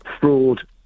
fraud